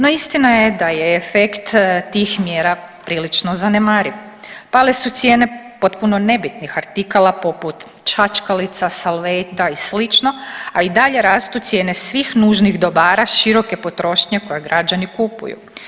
No istina je da je efekt tih mjera prilično zanemariv, pale su cijene potpuno nebitnih artikala poput čačkalica, salveta i slično, a i dalje rastu cijene svih nužnih dobara široke potrošnje koje građani kupuju.